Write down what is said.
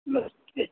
नमस्ते